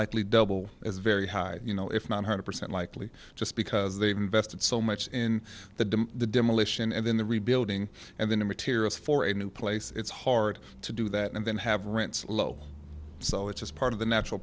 likely double is very high you know if one hundred percent likely just because they've invested so much in the the demolition and then the rebuilding and the new materials for a new place it's hard to do that and then have rents low so it's just part of the natural